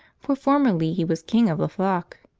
for formerly he was king of the flock.